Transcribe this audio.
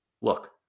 look